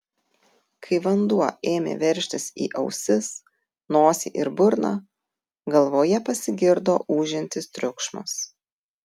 kai vanduo ėmė veržtis į ausis nosį ir burną galvoje pasigirdo ūžiantis triukšmas